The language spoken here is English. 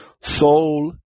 soul